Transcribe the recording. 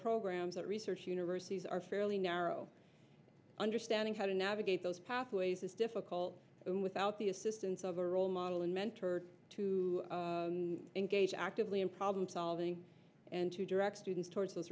programs that research universities are fairly narrow understanding how to navigate those pathways is difficult and without the assistance of a role model and mentor to engage actively in problem solving and to direct students towards those